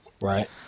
Right